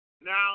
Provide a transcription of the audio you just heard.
now